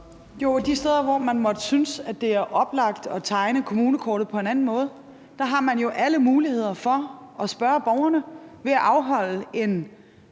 og de steder, hvor man måtte synes, at det er oplagt at tegne kommunekortet på en anden måde, har man jo alle muligheder for at spørge borgerne ved at afholde en